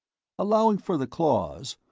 allowing for the claws,